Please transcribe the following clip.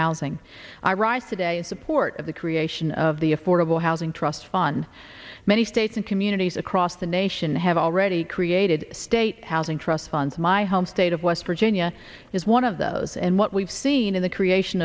housing i rise today support of the creation of the affordable housing trust fun many states and communities across the nation have already created state housing trust funds my home out of west virginia is one of those and what we've seen in the creation